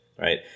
Right